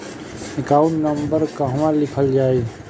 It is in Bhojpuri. एकाउंट नंबर कहवा लिखल जाइ?